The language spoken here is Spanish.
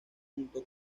junto